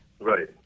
right